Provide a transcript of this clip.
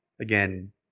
Again